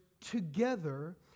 together